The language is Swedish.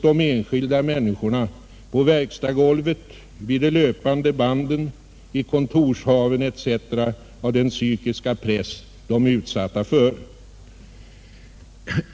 De enskilda människorna på verkstadsgolvet, vid de löpande banden, i kontorshaven etc. drabbas hårt av den psykiska press de är utsatta för.